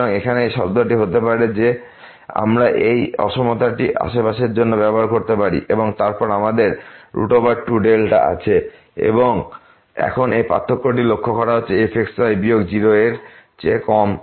সুতরাং এখানে এই শব্দটি হতে পারে যে আমরা সেই অসমতাটি আশেপাশের জন্য ব্যবহার করতে পারি এবং তারপর আমাদের একটি 2δ আছে এবং এখন এই পার্থক্যটি লক্ষ্য করা হচ্ছে f x y বিয়োগ 0 এর চেয়ে কম